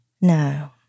No